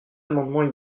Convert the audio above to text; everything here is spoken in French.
amendements